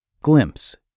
Glimpse